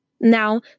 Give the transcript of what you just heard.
Now